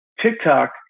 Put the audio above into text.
TikTok